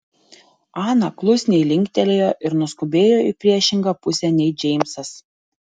ana klusniai linktelėjo ir nuskubėjo į priešingą pusę nei džeimsas